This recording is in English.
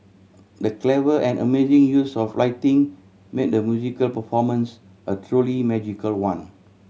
the clever and amazing use of righting made the musical performance a truly magical one